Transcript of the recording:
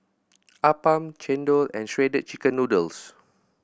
appam chendol and Shredded Chicken Noodles